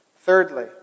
Thirdly